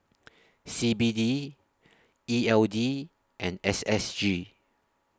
C B D E L D and S S G